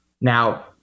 Now